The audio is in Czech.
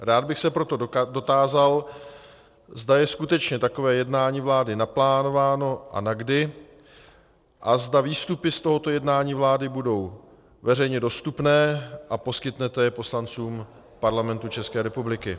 Rád bych se proto dotázal, zda je skutečně takové jednání vlády naplánováno a na kdy a zda výstupy z tohoto jednání vlády budou veřejně dostupné a poskytnete je poslancům Parlamentu České republiky.